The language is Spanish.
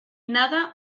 nada